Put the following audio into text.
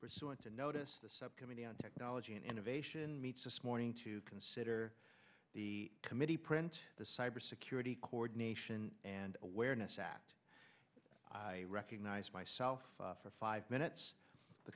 pursuant to notice the subcommittee on technology and innovation meets this morning to consider the committee print the cyber security coordination and awareness act i recognize myself for five minutes the